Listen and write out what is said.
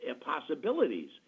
possibilities